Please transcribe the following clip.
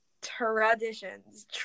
Traditions